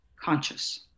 conscious